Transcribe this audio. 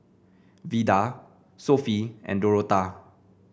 Vida Sophie and Dorotha